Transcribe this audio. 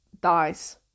dies